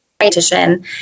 dietitian